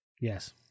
Yes